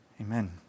Amen